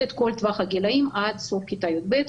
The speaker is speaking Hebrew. את כל טווח הגילים עד סוף כיתה י"ב,